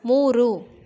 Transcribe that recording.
ಮೂರು